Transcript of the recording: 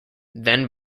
then